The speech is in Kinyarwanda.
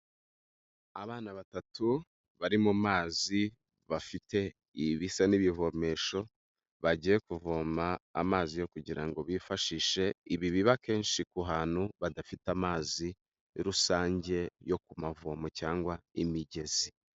Abana batatu bari mu mazi bafite ibisa n'ibivomesho bagiye kuvoma amazi kugira ngo bifashishe, ibi biba kenshi ku bantu badafite amazi rusange yo ku mavomo cyangwa imigezi.